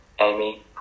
Amy